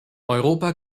europa